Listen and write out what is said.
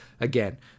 again